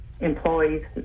employees